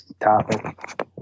topic